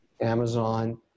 Amazon